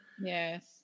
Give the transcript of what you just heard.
yes